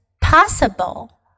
possible